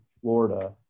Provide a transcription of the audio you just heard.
Florida